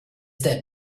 that